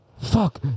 fuck